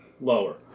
lower